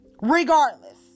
regardless